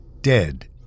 dead